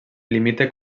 limita